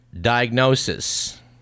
diagnosis